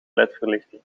ledverlichting